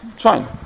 fine